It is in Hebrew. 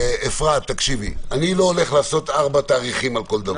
אני לא הולך לעשות ארבעה תהליכים על כל דבר.